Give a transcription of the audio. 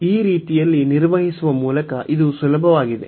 ಈ ರೀತಿಯಲ್ಲಿ ನಿರ್ವಹಿಸುವ ಮೂಲಕ ಇದು ಸುಲಭವಾಗಿದೆ